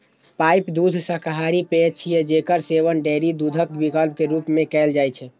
pipe दूध शाकाहारी पेय छियै, जेकर सेवन डेयरी दूधक विकल्प के रूप मे कैल जाइ छै